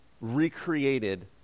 recreated